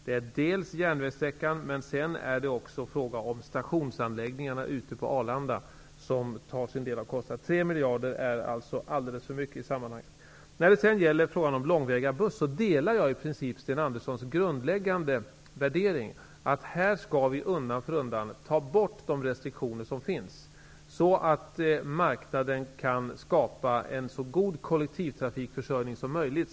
Det handlar dels om järnvägssträckan, dels är det fråga om stationsanläggningar ute på Arlanda, som tar sin del av kostnaden. 3 miljarder är alldeles för mycket i sammanhanget. I fråga om långväga transporter med bussar delar jag i princip Sten Anderssons grundläggande värdering, att vi undan för undan skall ta bort de restriktioner som finns, så att marknaden kan skapa en så god kollektivtrafikförsörjning som möjligt.